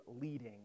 leading